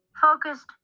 focused